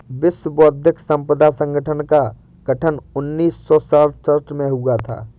विश्व बौद्धिक संपदा संगठन का गठन उन्नीस सौ सड़सठ में हुआ था